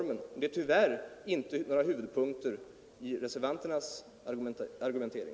Men det är tyvärr inte några huvudpunkter i reservanternas argumentering.